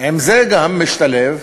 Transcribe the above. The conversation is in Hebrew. עם זה גם משתלב,